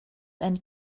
and